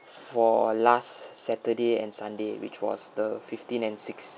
for last saturday and sunday which was the fifteen and six